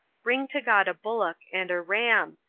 bring to god a bullock and a ram,